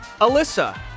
Alyssa